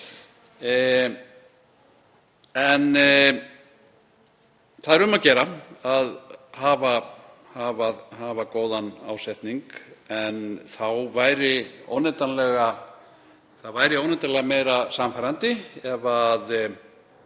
ný. Það er um að gera að hafa góðan ásetning en það væri óneitanlega meira sannfærandi ef í